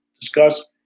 discuss